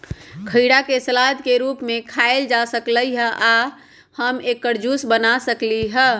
खीरा के सलाद के रूप में खायल जा सकलई ह आ हम एकर जूस बना सकली ह